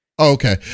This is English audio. Okay